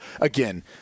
again